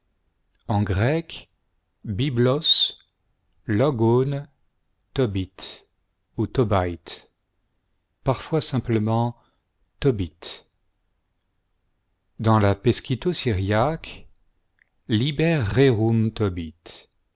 en grec bîêxo xôywv togix ou toêstt parfois simplement toêa dans la peschito syriaque liber